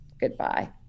goodbye